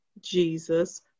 jesus